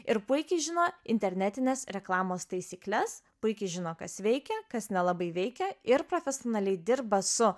ir puikiai žino internetinės reklamos taisykles puikiai žino kas veikia kas nelabai veikia ir profesionaliai dirba su